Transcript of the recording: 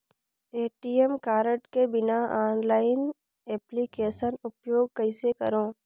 ATM card के बिना online application उपयोग कइसे करो?